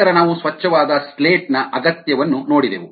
ನಂತರ ನಾವು ಸ್ವಚ್ಛವಾದ ಸ್ಲೇಟ್ನ ಅಗತ್ಯವನ್ನು ನೋಡಿದೆವು